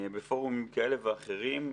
בפורומים כאלה ואחרים.